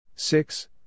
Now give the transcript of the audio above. Six